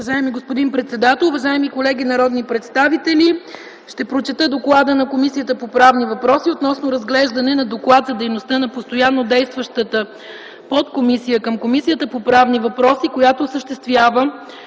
Уважаеми господин председател, уважаеми народни представители! Ще прочета Доклада на Комисията по правни въпроси относно разглеждане на Доклад за дейността на постоянно действаща подкомисия към Комисията по правни въпроси, която осъществява